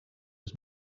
was